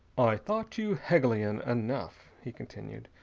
i thought you hegelian enough, he continued,